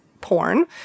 porn